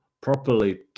properly